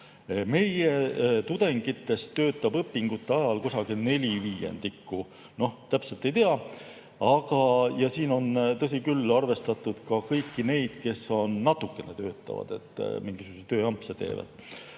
Meie tudengitest töötab õpingute ajal kusagil neli viiendikku, täpselt ei tea. Siin on, tõsi küll, arvestatud ka kõiki neid, kes natukene töötavad, mingisuguseid tööampse teevad.